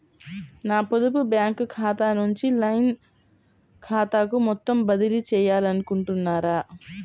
నా పొదుపు బ్యాంకు ఖాతా నుంచి లైన్ ఖాతాకు మొత్తం బదిలీ చేయాలనుకుంటున్నారా?